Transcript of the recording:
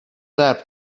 that